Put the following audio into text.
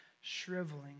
shriveling